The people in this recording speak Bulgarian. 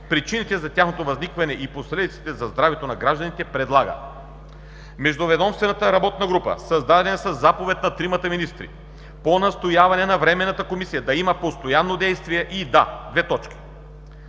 причините за тяхното възникване и последиците за здравето на гражданите предлага: I. Междуведомствената работна група, създадена със заповед на тримата министри, по настояване на временната комисия да има постоянно действие и да: 1. уточни